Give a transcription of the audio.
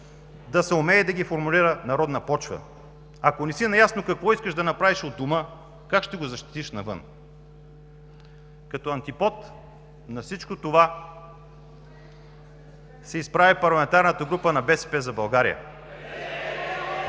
да съумее да ги формулира на родна почва? Ако не си наясно какво искаш да направиш у дома, как ще го защитиш навън? Като антипод на всичко това, се изправи парламентарната група на „БСП за България“.